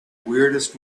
weirdest